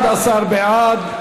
11 בעד,